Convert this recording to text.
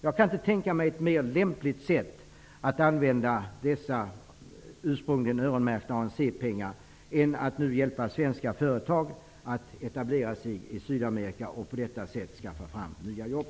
Jag kan inte tänka mig ett mer lämpligt sätt att använda dessa ursprungligen öronmärkta ANC-pengar än att hjälpa svenska företag att etablera sig i Sydafrika och på detta sätt skaffa fram nya jobb.